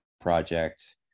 project